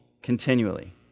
continually